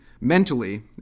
mentally